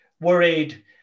worried